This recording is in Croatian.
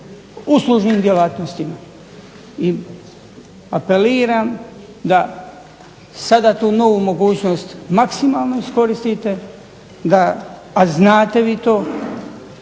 uslužnim djelatnostima. I apeliram da sada tu novu mogućnost maksimalno iskoristite, a znate vi to,